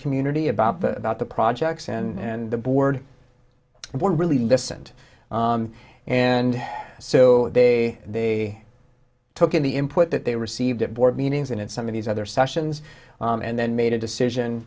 community about about the projects and the board were really listened and so they they took in the input that they received at board meetings and in some of these other sessions and then made a decision